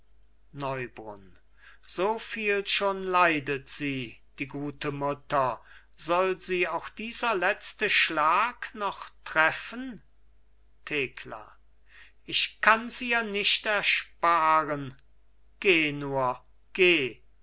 neubrunn so viel schon leidet sie die gute mutter soll sie auch dieser letzte schlag noch treffen thekla ich kanns ihr nicht ersparen geh nur geh